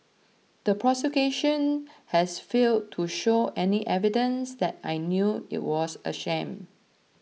the prosecution has failed to show any evidence that I knew it was a shame